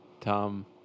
Tom